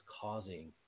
causing